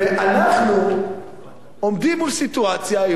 ואנחנו עומדים מול סיטואציה,